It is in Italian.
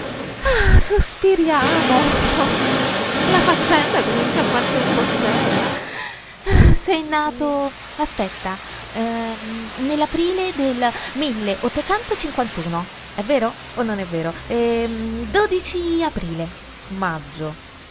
sonati sospiriamo la faccenda comincia a farsi un po seria sei nato aspetta nell'aprile del è vero o non è vero aprile maggio